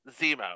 Zemo